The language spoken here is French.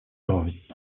survie